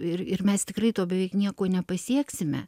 ir ir mes tikrai tuo beveik nieko nepasieksime